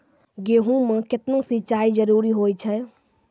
गेहूँ म केतना सिंचाई जरूरी होय छै?